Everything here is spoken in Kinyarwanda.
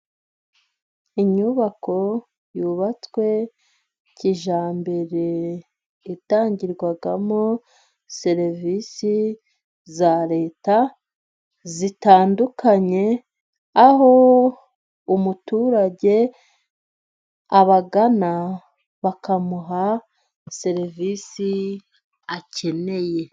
Inyubako yubatswe kijyambere itangirwamo serivisi za Leta zitandukanye, aho umuturage abagana bakamuha serivisi akeneye.